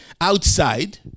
outside